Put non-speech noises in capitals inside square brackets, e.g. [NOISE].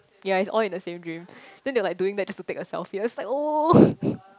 ya it's all in the same dream then they were like doing that just take a selfie I was just like oh [LAUGHS]